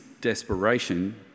desperation